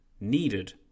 needed